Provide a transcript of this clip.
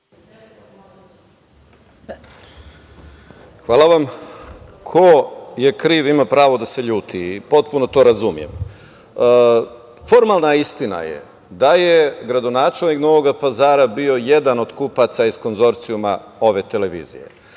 Hvala vam. Ko je kriv ima pravo da se ljuti i potpuno to razumem. Formalna istina je da je gradonačelnik Novog Pazara bio jedan od kupaca iz konzorcijuma ove televizije. Formalna